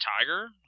Tiger